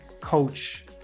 coach